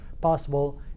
possible